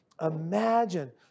imagine